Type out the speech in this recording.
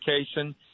education